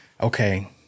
okay